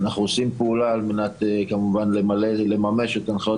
אנחנו עושים פעולה על מנת כמובן לממש את הנחיות